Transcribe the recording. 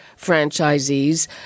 franchisees